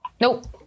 Nope